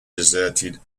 deserted